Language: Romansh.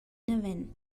naven